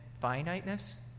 finiteness